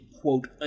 quote